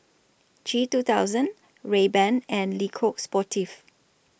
G two thousand Rayban and Le Coq Sportif